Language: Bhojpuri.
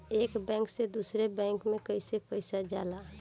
एक बैंक से दूसरे बैंक में कैसे पैसा जाला?